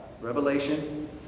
Revelation